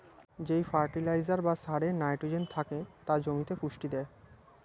যেই ফার্টিলাইজার বা সারে নাইট্রোজেন থেকে তা জমিতে পুষ্টি দেয়